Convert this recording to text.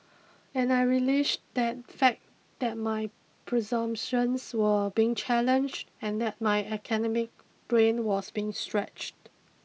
and I relished that fact that my presumptions were being challenged and that my academic brain was being stretched